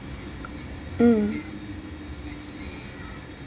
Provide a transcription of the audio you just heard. mm